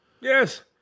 yes